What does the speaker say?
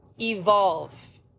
evolve